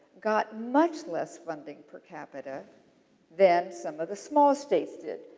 got much less funding per capita than some of the small states did.